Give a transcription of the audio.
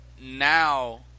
now